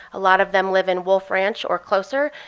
a lot of them live in wolf ranch or closer,